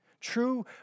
True